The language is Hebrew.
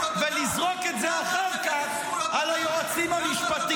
ולזרוק את זה על היועצים המשפטיים.